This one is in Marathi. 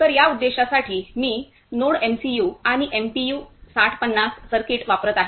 तर या उद्देशासाठी मी नोडएमसीयू आणि एमपीयू 6050 सर्किट वापरत आहे